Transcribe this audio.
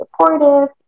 supportive